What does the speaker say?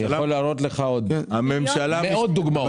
אני יכול להראות לך מאות דוגמאות.